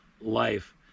life